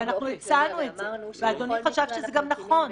הצענו את זה, ואדוני גם חשב שזה נכון.